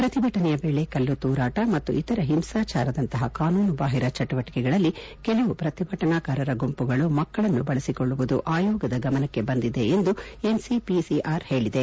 ಪ್ರತಿಭಟನೆಯ ವೇಳೆ ಕಲ್ಲು ತೂರಾಟ ಮತ್ತು ಇತರ ಹಿಂಸಾಚಾರದಂತಹ ಕಾನೂನುಬಾಹಿರ ಚಟುವಟಕೆಗಳಲ್ಲಿ ಕೆಲವು ಪ್ರತಿಭಟನಾಕಾರರ ಗುಂಪುಗಳು ಮಕ್ಕಳನ್ನು ಬಳಸಿಕೊಳ್ಳುವುದು ಆಯೋಗದ ಗಮನಕ್ಕೆ ಬಂದಿದೆ ಎಂದು ಎನ್ಸಿಪಿಸಿಆರ್ ಹೇಳದೆ